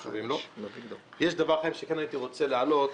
יש עניין שהייתי רוצה להעלות.